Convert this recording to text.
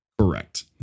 correct